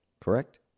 correct